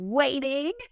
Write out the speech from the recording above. waiting